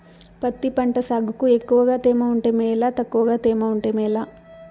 పత్తి పంట సాగుకు ఎక్కువగా తేమ ఉంటే మేలా తక్కువ తేమ ఉంటే మేలా?